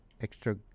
extra